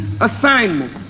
assignment